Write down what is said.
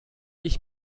ich